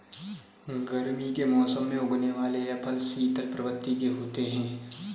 गर्मी के मौसम में उगने वाले यह फल शीतल प्रवृत्ति के होते हैं